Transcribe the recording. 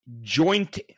joint